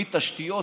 תשתיות,